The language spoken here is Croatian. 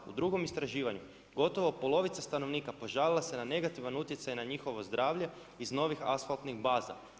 U drugom istraživanju, gotovo polovica stanovnika požalila se na negativan utjecaj na njihovo zdravlje iz novih asfaltnih baza.